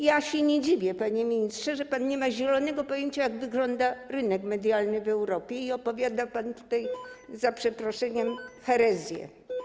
Ja się nie dziwię, panie ministrze, że pan nie ma zielonego pojęcia, jak wygląda rynek medialny w Europie, i opowiada pan tutaj, za przeproszeniem, herezje.